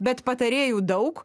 bet patarėjų daug